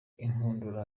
inkundura